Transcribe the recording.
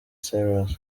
cyrus